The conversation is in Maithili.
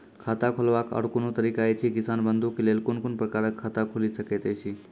खाता खोलवाक आर कूनू तरीका ऐछि, किसान बंधु के लेल कून कून प्रकारक खाता खूलि सकैत ऐछि?